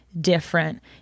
different